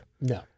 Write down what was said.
No